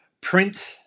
print